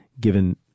given